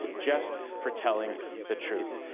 just for telling the truth.